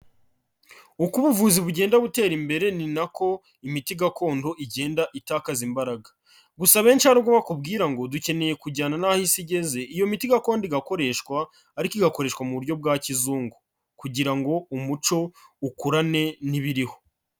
Uko ubuvuzi bugenda butera imbere ni nako imiti gakondo igenda itakaza imbaraga, gusa abenshi hari ubwo bakubwira ngo dukeneye kujyana n'aho isi igeze, iyo miti gakondo igakoreshwa ariko igakoreshwa mu buryo bwa kizungu, kugira ngo umuco ukurane n'ibiriho.